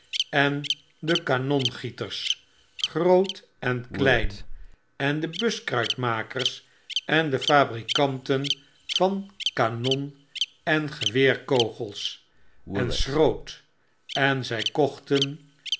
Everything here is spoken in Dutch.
en de kanongieters groot en klein en de buskruitmakers en de fabrikanten van kanon en geweerkogels en schroot en zy kochten